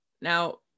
Now